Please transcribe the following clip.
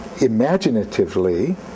imaginatively